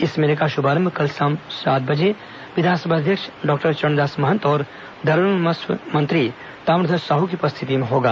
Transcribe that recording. इस मेले का शभारंभ कल शाम सात बजे विधानसभा अध्यक्ष डॉक्टर चरणदास मंहत और धर्मस्व मंत्री ताम्रध्वज साह की उपस्थिति में होगा